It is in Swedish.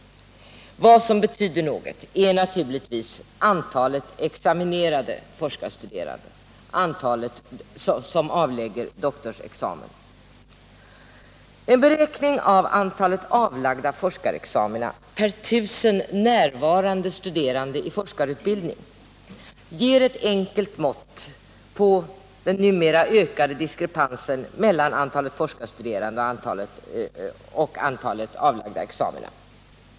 Vad som betyder något är antalet examinerade forskarstuderande, dvs. det antal studerande som avlägger doktorsexamen. En beräkning av antalet avlagda forskarexamina per tusen närvarande studerande i forskarutbildning ger ett enkelt mått på den numera ökade diskrepansen mellan antalet forskarstuderande och antalet avlagda examina.